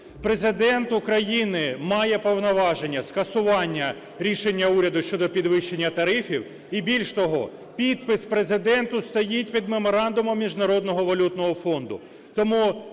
Президент України має повноваження скасування рішення уряду щодо підвищення тарифів, і більш того, підпис Президента стоїть під Меморандумом Міжнародного валютного фонду.